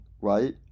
right